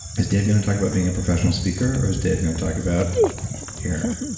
is dave going to talk about being a professional speaker? or is dave going to talk about hair?